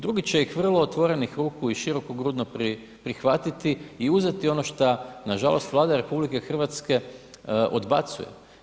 Drugi će ih vrlo otvorenih ruku i širokogrudno prihvatiti i uzeti ono šta nažalost Vlada RH odbacuje.